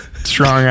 strong